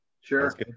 Sure